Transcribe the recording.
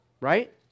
right